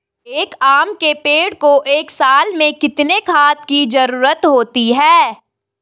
एक आम के पेड़ को एक साल में कितने खाद की जरूरत होती है?